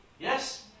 Yes